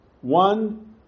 one